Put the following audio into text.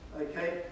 okay